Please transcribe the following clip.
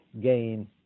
gain